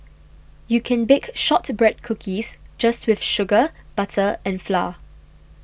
you can bake Shortbread Cookies just with sugar butter and flour